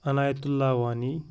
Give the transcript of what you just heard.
عنایتُ Allah Wani